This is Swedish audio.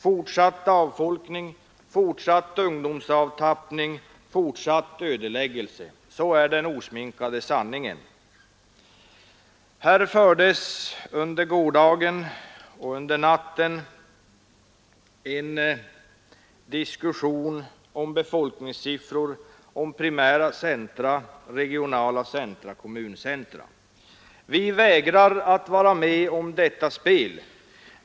Fortsatt avfolkning, fortsatt ungdomsavtappning, fortsatt ödeläggelse — sådan är den osminkade sanningen. Här fördes under gårdagen och under natten en diskussion om befolkningssiffror, primära centra, regionala centra och kommuncentra. Vi vägrar att vara med om detta spel.